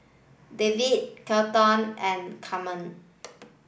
David Kelton and Camren